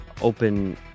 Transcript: open